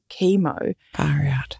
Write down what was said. chemo